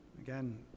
Again